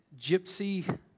Gypsy